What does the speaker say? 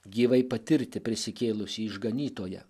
gyvai patirti prisikėlusį išganytoją